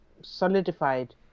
solidified